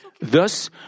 Thus